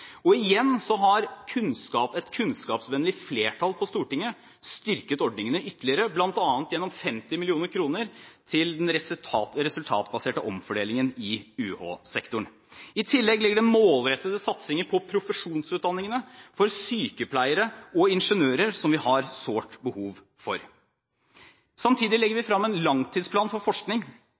Og igjen har et kunnskapsvennlig flertall på Stortinget styrket ordningene ytterligere, bl.a. gjennom 50 mill. kr til den resultatbaserte omfordelingen i UH-sektoren. I tillegg ligger det inne målrettede satsinger på profesjonsutdanningene, for sykepleiere og ingeniører, som vi har sårt behov for. Samtidig legger vi frem en langtidsplan for forskning,